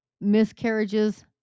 miscarriages